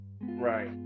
Right